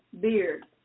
beard